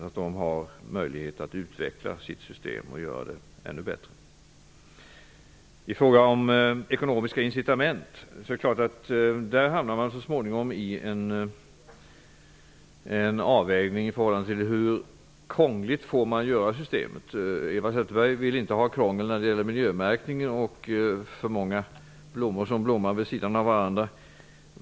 Det ger Naturskyddsföreningen möjlighet att utveckla systemet till att bli ännu bättre. I fråga om ekonomiska incitament är det klart att man så småningom hamnar i en avvägning när det gäller hur krångligt man får göra systemet. Eva Zetterberg vill inte ha krångel när det gäller miljömärkningen och inte för många blommor som blommar vid sidan av varandra.